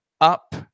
Up